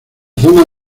zona